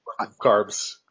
carbs